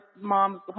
moms